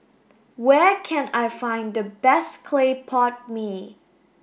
where can I find the best Clay Pot Mee